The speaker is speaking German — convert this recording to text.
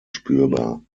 spürbar